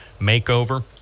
makeover